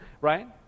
right